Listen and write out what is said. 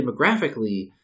demographically